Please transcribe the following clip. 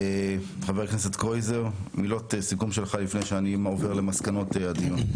חבר הכנסת קרויזר מילות סיכום שלך לפני שאני עובר למסקנות הדיון.